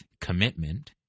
commitment